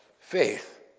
faith